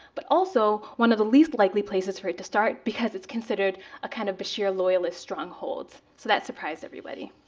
but also one of the least likely places for it to start because it's considered a kind of bashir loyalist strongholds. so that surprised everybody.